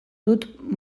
dut